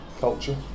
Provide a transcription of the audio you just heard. Culture